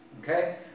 Okay